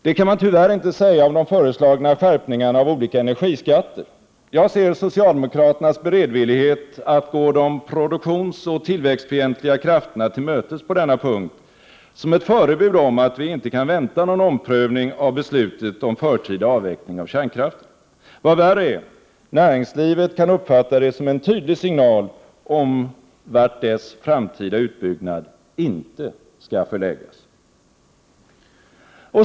Det kan man tyvärr inte säga om de föreslagna skärpningarna av olika energiskatter. Jag ser socialdemokraternas beredvillighet att gå de produktionsoch tillväxtfientliga krafterna till mötes på denna punkt som ett förebud om att vi inte kan vänta någon omprövning av beslutet om förtida avveckling av kärnkraften. Vad värre är — näringslivet kan uppfatta det som en tydlig signal om vart dess framtida utbyggnad inte skall förläggas.